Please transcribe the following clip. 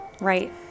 Right